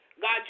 God